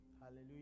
Hallelujah